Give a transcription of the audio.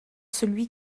celui